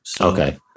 Okay